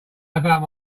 about